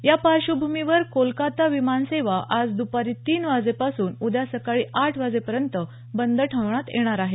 या पार्श्वभूमिवर कोलकाता विमानसेवा आज दपारी तीन वाजेपासून उद्या सकाळी आठ वाजेपर्यंत बंद ठेवण्यात येणार आहे